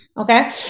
Okay